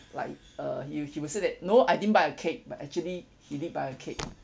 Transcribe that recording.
like uh he he will say that no I didn't buy a cake but actually he did buy a cake